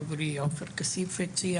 חברי עופר כסיף הציע